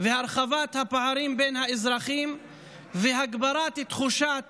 והרחבת הפערים בין האזרחים והגברת תחושת